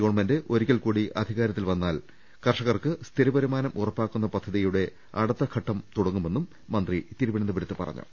government ഒരിക്കൽകൂടി അധികാരത്തിൽ വന്നാൽ കർഷകർക്ക് സ്ഥിരവരുമാനം ഉറപ്പാക്കുന്ന പദ്ധതികളുടെ അടുത്ത ഘട്ടം തുടങ്ങുമെന്നും മന്ത്രി തിരുവനന്തപുരത്ത് പറഞ്ഞു